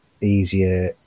easier